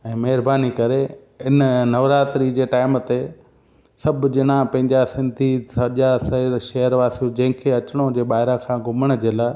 ऐं महिरबानी करे इन नवरात्री जी टाइम ते सभु ॼणा पंहिंजा सिंधी सॼा शहर वासियूं जंहिंखें अचिणो हुजे ॿाहिरां सां घुमण जे लाइ